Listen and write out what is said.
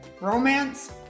romance